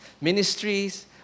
ministries